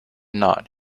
not